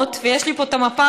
ויש לי פה את המפה,